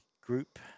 Group